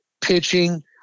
pitching